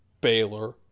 Baylor